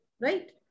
right